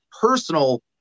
personal